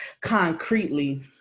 concretely